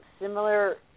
similar